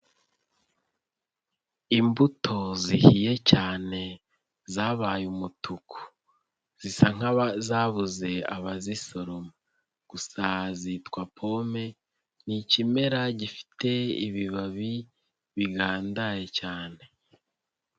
Imbuto zihiye cyane zabaye umutuku zisa nk'izabuze abazisoroma gusa zitwa pome, ni ikimera gifite ibibabi bigandaye cyane.